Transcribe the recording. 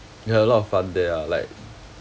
we had a lot of fun there ah like